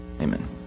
amen